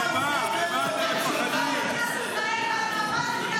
בקריאה הטרומית ותעבור לדיון בוועדה